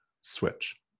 switch